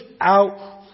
out